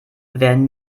werden